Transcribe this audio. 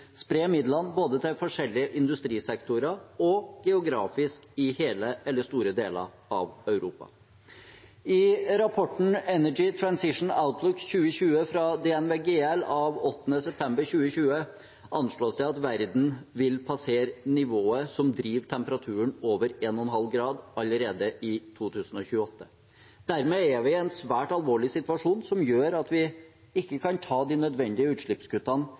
spre midlene til forskjellige industrisektorer og geografisk i hele eller store deler av Europa. I rapporten «Energy Transition Outlook 2020» fra DNV GL av 8. september 2020 anslås det at verden vil passere nivået som driver temperaturen over 1,5 grader, allerede i 2028. Dermed er vi i en svært alvorlig situasjon som gjør at vi ikke kan ta de nødvendige utslippskuttene